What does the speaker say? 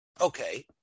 Okay